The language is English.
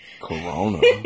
Corona